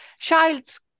child's